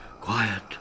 Quiet